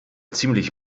ziemlich